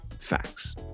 Facts